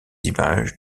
images